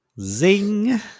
Zing